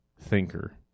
thinker